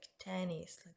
tennis